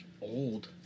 old